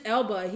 Elba